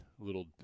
Little